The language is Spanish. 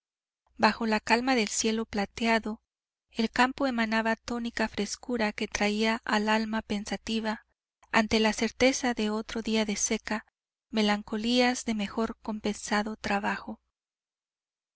bajo la calma del cielo plateado el campo emanaba tónica frescura que traía al alma pensativa ante la certeza de otro día de seca melancolías de mejor compensado trabajo